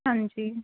ਹਾਂਜੀ